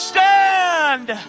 Stand